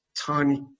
tiny